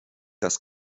das